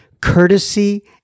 Courtesy